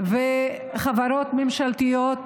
וחברות ממשלתיות.